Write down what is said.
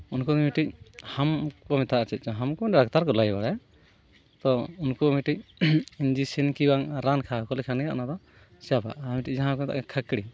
ᱩᱱᱠᱩᱣᱟᱜ ᱜᱮ ᱢᱤᱫᱴᱮᱱ ᱦᱟᱢ ᱠᱚ ᱢᱮᱛᱟᱜᱼᱟ ᱪᱮᱫ ᱪᱚᱝ ᱦᱟᱢ ᱰᱟᱠᱛᱟᱨ ᱠᱚ ᱞᱟᱹᱭ ᱵᱟᱲᱟᱭᱟ ᱛᱚ ᱩᱱᱠᱩᱣᱟᱜ ᱢᱤᱫᱴᱮᱱ ᱤᱧᱡᱤᱠᱥᱤᱱ ᱠᱤ ᱨᱟᱱ ᱠᱷᱟᱣᱟ ᱠᱚ ᱞᱮᱠᱷᱟᱱ ᱜᱮ ᱚᱱᱟ ᱫᱚ ᱪᱟᱵᱟᱜᱼᱟ ᱢᱤᱫᱴᱮᱱ ᱡᱟᱦᱟᱸ ᱠᱚ ᱢᱮᱛᱟᱜ ᱠᱟᱱᱟ ᱠᱷᱟᱠᱲᱤ